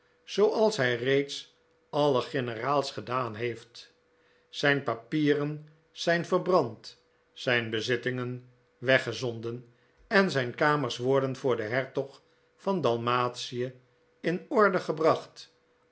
zooals hij reeds alle generaals gedaan heeft zijn papieren zijn verbrand zijn bezittingen weggezonden en zijn kamers worden voor den hertog van dalmatic in orde gebracht